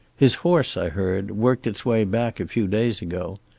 his horse, i heard, worked its way back a few days ago.